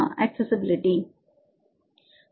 accessibility மாணவர் ஆம் ஐயா